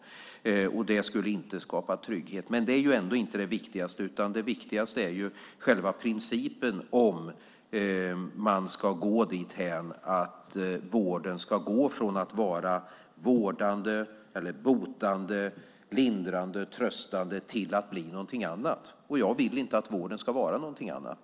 Det skulle inte skapa trygghet. Men det är ändå inte det viktigaste, utan det viktigaste är själva principen: om man ska gå dit hän att vården ska gå från att vara vårdande, botande, lindrande och tröstande till att bli något annat. Jag vill inte att vården ska vara något annat.